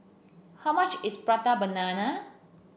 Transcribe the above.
how much is Prata Banana